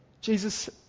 Jesus